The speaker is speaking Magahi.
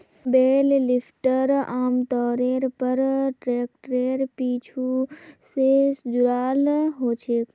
बेल लिफ्टर आमतौरेर पर ट्रैक्टरेर पीछू स जुराल ह छेक